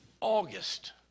August